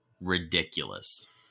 ridiculous